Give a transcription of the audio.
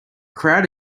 crowd